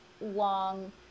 Long